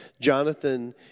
Jonathan